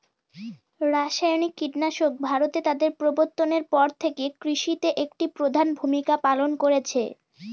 রাসায়নিক কীটনাশক ভারতে তাদের প্রবর্তনের পর থেকে কৃষিতে একটি প্রধান ভূমিকা পালন করেছে